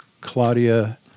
Claudia